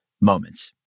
moments